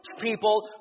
people